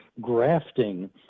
grafting